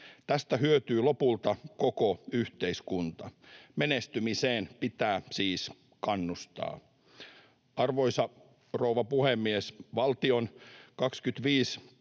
Tästä hyötyy lopulta koko yhteiskunta. Menestymiseen pitää siis kannustaa. Arvoisa rouva puhemies! Valtion vuoden